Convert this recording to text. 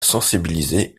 sensibiliser